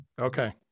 Okay